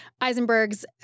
Eisenberg's